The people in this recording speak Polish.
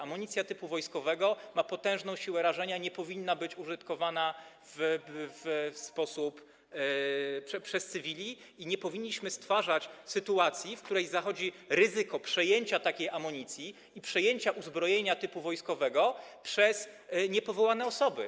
Amunicja typu wojskowego ma potężną siłę rażenia, nie powinna być użytkowana przez cywili i nie powinniśmy stwarzać sytuacji, w której zachodzi ryzyko przejęcia takiej amunicji i uzbrojenia typu wojskowego przez niepowołane osoby.